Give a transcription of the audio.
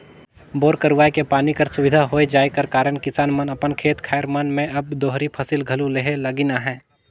bore करवाए के पानी कर सुबिधा होए जाए कर कारन किसान मन अपन खेत खाएर मन मे अब दोहरी फसिल घलो लेहे लगिन अहे